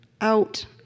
out